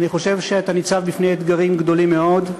אני חושב שאתה ניצב בפני אתגרים גדולים מאוד.